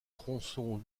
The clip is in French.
tronçons